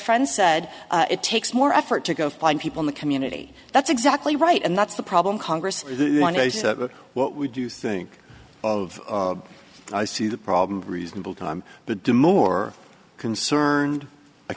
friend said it takes more effort to go find people in the community that's exactly right and that's the problem congress is what we do think of i see the problem reasonable time the do more concerned a